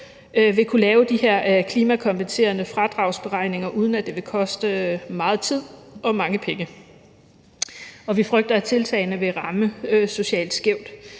vil kunne lave de her klimakompenserende fradragsberegninger, uden at det vil koste meget tid og mange penge, og vi frygter, at tiltagene vil ramme socialt skævt.